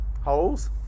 Holes